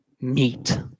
meet